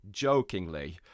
jokingly